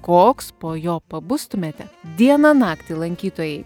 koks po jo pabustumėte dieną naktį lankytojai